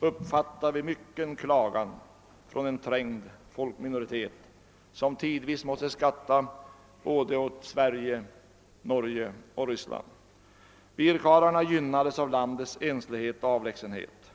uppfattar vi mycken klagan från en trängd folkminoritet, som tidvis måste skatta till både Sverige, Norge och Ryssland. Birkarlarna gynnades av landets enslighet och avlägsenhet.